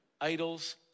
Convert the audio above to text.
Idols